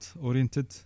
oriented